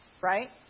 Right